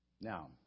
Now